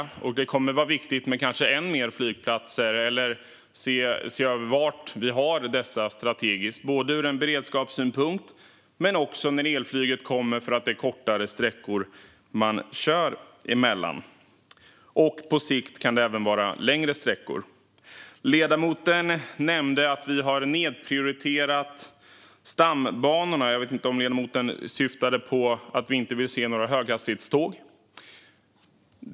Det kommer kanske att vara viktigt med än fler flygplatser, eller viktigt att se över var vi har dessa rent strategiskt - inte bara ur beredskapssynpunkt utan också med tanke på det kommande elflyget, som flyger kortare sträckor. På sikt kan det även bli längre sträckor. Ledamoten nämnde att vi har nedprioriterat stambanorna. Jag vet inte om ledamoten syftade på att vi inte vill se några höghastighetståg.